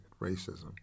racism